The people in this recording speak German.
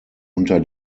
unter